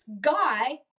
guy